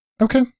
okay